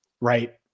right